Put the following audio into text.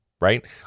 right